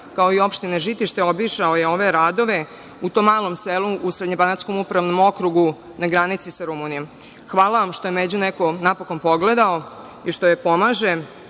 kao i Opštine Žitište obišao je ove radove u tom malom selu, u Srednjebanatskom upravnom okrugu, na granici sa Rumunijom. Hvala vam što je Među neko napokon pogledao i što je pomaže. Ovim